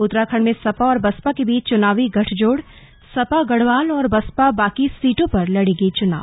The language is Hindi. उत्तराखंड में सपा और बसपा के बीच चुनावी गठजोड़सपा गढ़वाल और बसपा बाकि सीटों पर लड़ेगी चुनाव